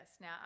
Now